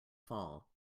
fall